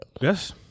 yes